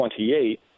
28